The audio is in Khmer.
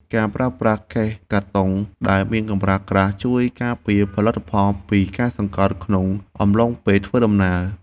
ការប្រើប្រាស់កេសកាតុងដែលមានកម្រាស់ក្រាស់ជួយការពារផលិតផលពីការសង្កត់ក្នុងអំឡុងពេលធ្វើដំណើរ។